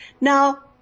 Now